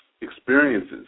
experiences